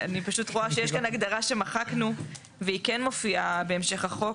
אני פשוט רואה שיש כאן הגדרה שמחקנו והיא כן מופיעה בהמשך החוק,